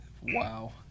Wow